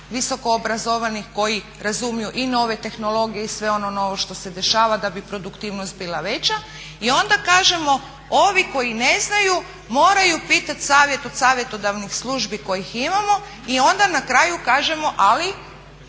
visokoobrazovanih koji razumiju i nove tehnologije i sve ono novo što se dešava da bi produktivnost bila veća i onda kažemo ovi koji ne znaju moraju pitati savjet od savjetodavnih službi koje imamo i onda na kraju kažemo ali